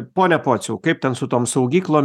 pone pociau kaip ten su tom saugyklom